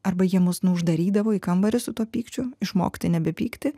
arba jie mus nu uždarydavo į kambarį su tuo pykčiu išmokti nebepykti